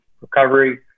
recovery